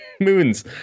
moons